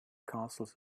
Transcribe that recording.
castles